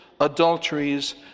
adulteries